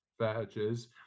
vouchers